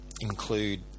include